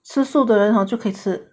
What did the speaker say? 吃素的人就可以吃